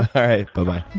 all right. bye-bye.